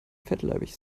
fettleibig